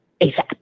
ASAP